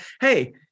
hey